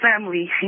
family